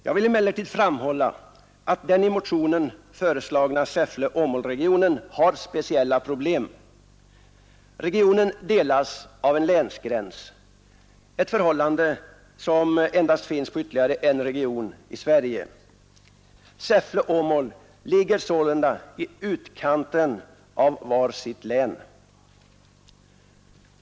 Jag vill emellertid framhålla att den i motionen föreslagna Säffle-Åmålregionen har speciella problem. Regionen delas av en länsgräns, ett förhållande som endast finns i ytterligare en region i Sverige. Säffle och Åmål ligger sålunda i utkanten av var sitt län.